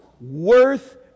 worth